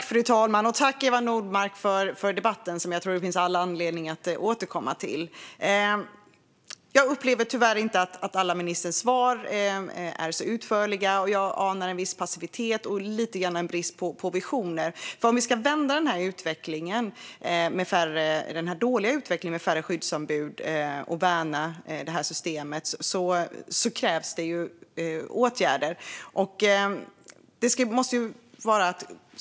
Fru talman! Tack, Eva Nordmark, för debatten! Jag tror att det finns all anledning att återkomma till denna. Jag upplever tyvärr inte att alla ministerns svar är särskilt utförliga. Jag anar också en viss passivitet och lite brist på visioner. Om vi ska vända den dåliga utvecklingen med färre skyddsombud och värna det här systemet krävs det åtgärder.